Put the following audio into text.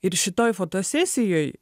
ir šitoj fotosesijoj